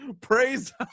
praise